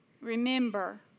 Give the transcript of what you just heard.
Remember